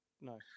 no